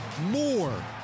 more